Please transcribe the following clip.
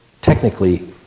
technically